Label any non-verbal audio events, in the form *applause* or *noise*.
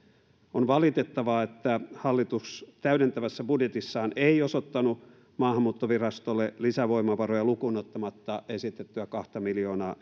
on valitettavaa että hallitus täydentävässä budjetissaan ei osoittanut maahanmuuttovirastolle lisävoimavaroja lukuun ottamatta esitettyä kahta miljoonaa *unintelligible*